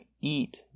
eat